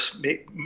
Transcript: make